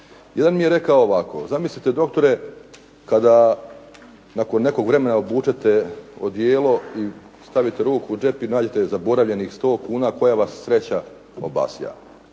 Jedan mi je rekao ovako, zamislite doktore kada nakon vremena obučete odijelo i stavite ruku u džep i nađete zaboravljenih 100 kuna koja vas sreća obasja.